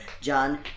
John